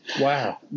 Wow